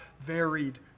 varied